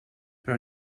però